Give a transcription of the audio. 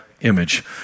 image